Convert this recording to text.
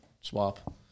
swap